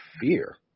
fear